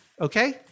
Okay